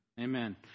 amen